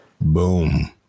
Boom